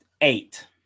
Eight